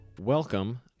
Welcome